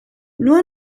nur